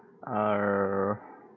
err